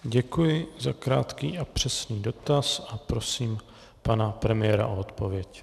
Děkuji za krátký a přesný dotaz a prosím pana premiéra o odpověď.